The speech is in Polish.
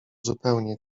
zupełnie